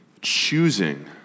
choosing